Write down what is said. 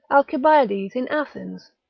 alcibiades in athens.